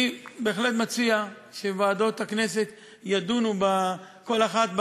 אני בהחלט מציע שוועדות הכנסת ידונו, כל אחת,